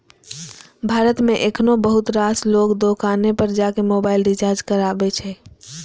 भारत मे एखनो बहुत रास लोग दोकाने पर जाके मोबाइल रिचार्ज कराबै छै